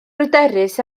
bryderus